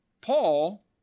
Paul